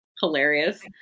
hilarious